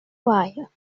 wire